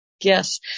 Yes